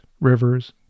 rivers